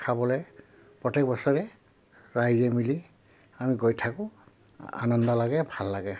খাবলৈ প্ৰত্যেক বছৰে ৰাইজে মিলি আমি গৈ থাকোঁ আনন্দ লাগে ভাল লাগে